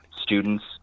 students